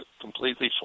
completely